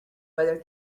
whether